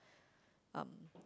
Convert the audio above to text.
um